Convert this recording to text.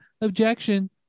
objection